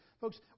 folks